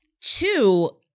two